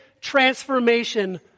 transformation